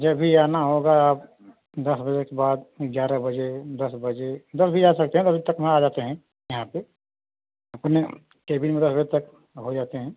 जब भी आना होगा आप दस बजे के बाद ग्यारह बजे दस बजे दस बजे आ सकते हैं दस बजे तक वहाँ आ जाते हैं यहाँ पे अपने केबिन में दस बजे तक हो जाते हैं